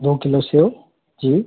दो किलो सेब जी